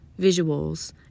visuals